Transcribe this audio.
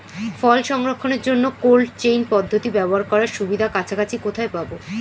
ফল সংরক্ষণের জন্য cold chain পদ্ধতি ব্যবহার করার সুবিধা কাছাকাছি কোথায় পাবো?